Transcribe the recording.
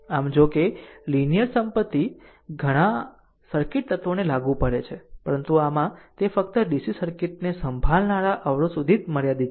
આમ જોકે લીનીયર સંપત્તિ ઘણા સર્કિટ તત્વોને લાગુ પડે છે પરંતુ આમાં તે ફક્ત DC સર્કિટને સંભાળનારા અવરોધ સુધી મર્યાદિત છે